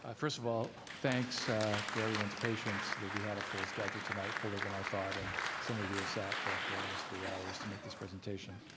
ah first of all thanks for everyone's patience that we had a full schedule tonight fuller than i thought and some of you have sat for almost three hours to make this presentation.